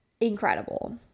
incredible